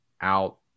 out